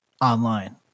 online